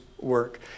work